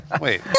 Wait